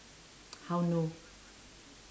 how no